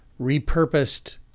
repurposed